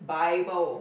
bible